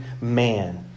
man